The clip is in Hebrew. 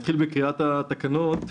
אתחיל בקריאת התקנות.